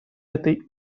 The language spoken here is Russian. этой